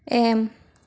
M